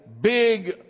big